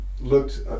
looked